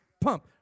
pump